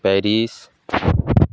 Paris